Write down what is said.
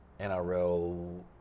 NRL